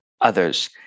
others